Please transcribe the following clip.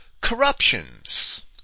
corruptions